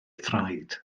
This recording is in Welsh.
thraed